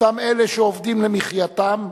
אותם אלה שעובדים למחייתם,